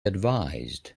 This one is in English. advised